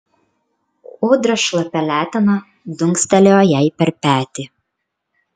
ūdra šlapia letena dunkstelėjo jai per petį